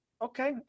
Okay